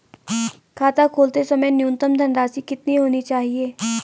खाता खोलते समय न्यूनतम धनराशि कितनी होनी चाहिए?